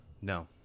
No